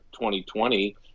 2020